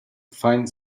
find